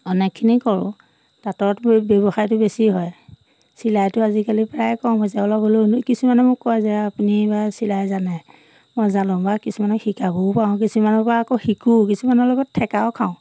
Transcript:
অনেকখিনি কৰোঁ তাঁতত ব্যৱসায়টো বেছি হয় চিলাইটো আজিকালি প্ৰায় কম হৈছে অলপ হ'লেও কিছুমানে মোক কয় যে আপুনি বা চিলাই জানে মই জানোঁ বা কিছুমানে শিকাবও পাৰো কিছুমানৰ পৰা আকৌ শিকোঁ কিছুমানৰ লগত থেকাও খাওঁ